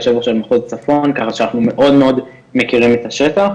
כך שאנחנו מאוד מכירים את השטח,